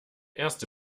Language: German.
erste